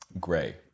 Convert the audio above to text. gray